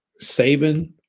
Saban